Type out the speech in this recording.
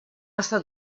està